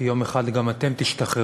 כי יום אחד גם אתם תשתחררו,